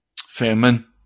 famine